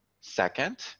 second